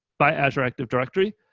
by azure active directory.